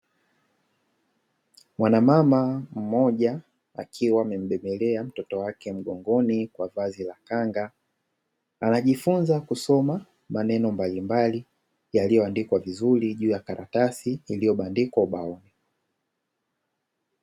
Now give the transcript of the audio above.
Mwana mama mmoja akiwa amembebelea mtoto wake mgongoni kwa vazi la kanga anajifunza kusoma maneno mbalimbali yaliyo andikwa vizuri juu ya karaatasi iliyo bandikwa ubaoni.